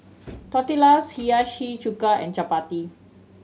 Tortillas Hiyashi Chuka and Chapati